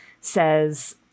says